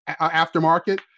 aftermarket